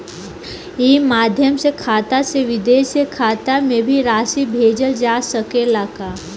ई माध्यम से खाता से विदेश के खाता में भी राशि भेजल जा सकेला का?